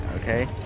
Okay